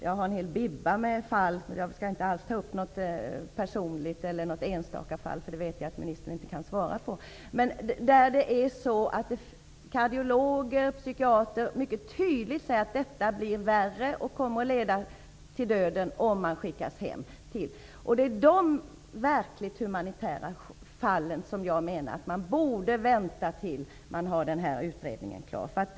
Jag har en hel bibba med fall som jag skulle kunna nämna, men jag skall inte ta upp något enstaka fall, eftersom jag vet att ministern inte kan uttala sig i sådana. Men det är fall där kardiologer och psykiatrer mycket tydligt säger att det kommer att bli värre och leda till döden om personerna i fråga skickas hem. Det är i de verkligt humanitära fallen som jag menar att man borde vänta med avgöranden tills utredningen är klar.